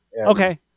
Okay